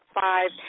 five